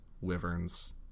wyverns